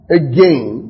again